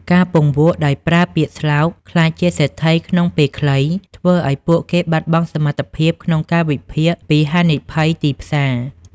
ការពង្វក់ដោយប្រើពាក្យស្លោក "ក្លាយជាសេដ្ឋីក្នុងពេលខ្លី" ធ្វើឱ្យពួកគេបាត់បង់សមត្ថភាពក្នុងការវិភាគពីហានិភ័យទីផ្សារ។